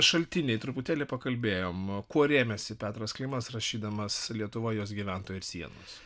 šaltiniai truputėlį pakalbėjom kuo rėmėsi petras klimas rašydamas lietuva jos gyventojai ir sienos